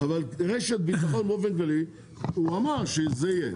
אבל רשת ביטחון באופן כללי הוא אמר שזה יהיה,